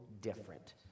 different